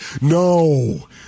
No